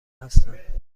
هستند